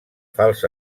fals